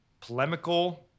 polemical